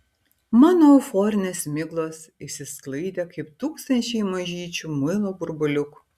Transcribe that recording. mano euforinės miglos išsisklaidė kaip tūkstančiai mažyčių muilo burbuliukų